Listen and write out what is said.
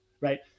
right